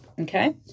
Okay